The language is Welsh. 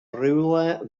rywle